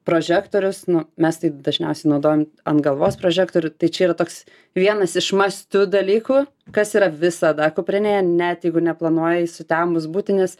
prožektorius nu mes tai dažniausiai naudojam ant galvos prožektorių tai čia yra toks vienas iš must to dalykų kas yra visada kuprinėje net jeigu neplanuoji sutemus būti nes